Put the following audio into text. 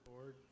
Lord